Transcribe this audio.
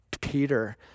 Peter